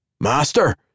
Master